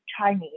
Chinese